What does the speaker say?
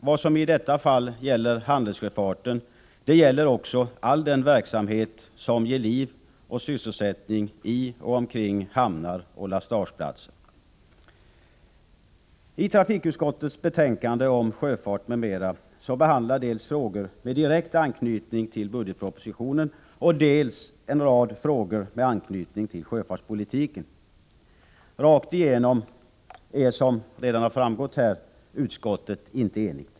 Vad som i detta fall gäller handelssjöfarten gäller även all den verksamhet som ger liv och sysselsättning kring hamnar och lastageplatser. I trafikutskottets betänkande om sjöfart, m.m. behandlas dels frågor med direkt anknytning till budgetpropositionen, dels en rad frågor med anknytning till sjöfartspolitiken. Rakt igenom är, som redan har framgått här, utskottet inte enigt.